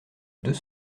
deux